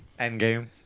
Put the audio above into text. Endgame